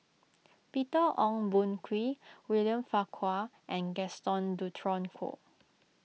Peter Ong Boon Kwee William Farquhar and Gaston Dutronquoy